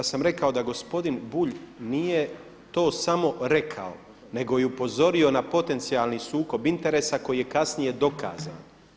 Ja sam rekao da gospodin Bulj nije to samo rekao nego i upozorio na potencijalni sukob interesa koji je kasnije dokazan.